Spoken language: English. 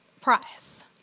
price